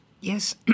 Yes